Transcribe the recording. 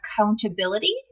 accountability